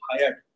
hired